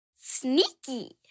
Sneaky